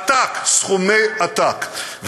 עתק, סכומי עתק.